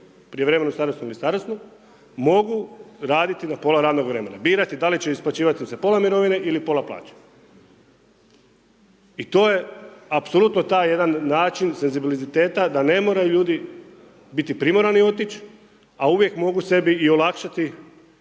prijevremenu starosnu ili starosnu, mogu raditi na pola radnog vremena, birati da li će isplaćivati za pola mirovine ili pola plaće. I to je apsolutno jedan taj način senzibiliteta da ne moraju ljudi biti primorani otići a uvijek mogu sebi i olakšati